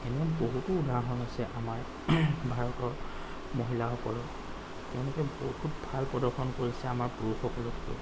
এনে বহুতো উদাহৰণ আছে আমাৰ ভাৰতৰ মহিলাসকল তেওঁলোকে বহুত ভাল প্ৰদৰ্শন কৰিছে আমাৰ পুৰুষসকলতকৈ